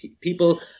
People